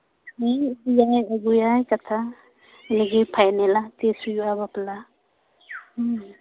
ᱦᱮᱸ ᱤᱫᱤᱭᱟᱭ ᱟᱜᱩᱭᱟᱭ ᱠᱟᱛᱷᱟ ᱩᱱᱤᱜᱮ ᱯᱷᱟᱭᱱᱮᱞᱟ ᱛᱤᱥ ᱦᱩᱭᱩᱜᱼᱟ ᱵᱟᱯᱞᱟ ᱦᱮᱸ